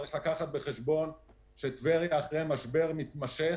צריך לקחת בחשבון שטבריה אחרי משבר מתמשך